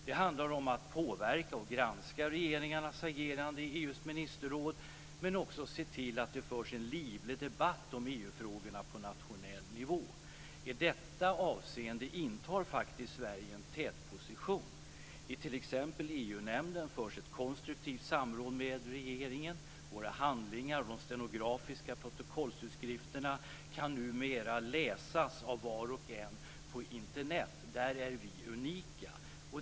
Det handlar om att påverka och granska regeringarnas agerande i EU:s ministerråd, men också se till att det förs en livlig debatt om EU-frågorna på nationell nivå. I detta avseende intar Sverige en tätposition. I t.ex. EU-nämnden förs ett konstruktivt samråd med regeringen. Våra handlingar och de stenografiska protokollsutskrifterna kan numera läsas av var och en på Internet. Där är vi unika.